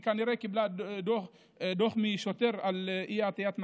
היא כנראה קיבלה דוח משוטר על אי-עטיית מסכה.